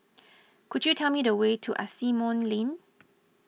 could you tell me the way to Asimont Lane